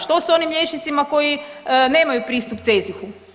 Što sa onim liječnicima koji nemaju pristup CEZIH-u?